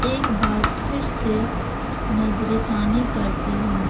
ایک بار پھر سے نظر ثانی کرتی ہوں